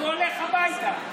הוא הולך הביתה.